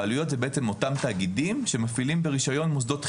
הבעלויות הן בעצם אותם תאגידים שמפעילים ברישיון מוסדות חינוך.